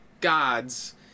gods